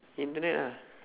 internet ah